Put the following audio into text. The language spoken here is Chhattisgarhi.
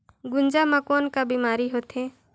गुनजा मा कौन का बीमारी होथे?